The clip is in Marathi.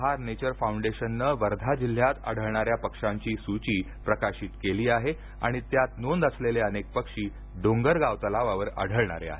बहार नेचर फाउंडेशननं वर्धा जिल्ह्यात आढळणाऱ्या पक्ष्यांची सूची प्रकाशित केली आहे आणि त्यात नोंद असलेले अनेक पक्षी डोंगरगाव तलावावर आढळणारे आहेत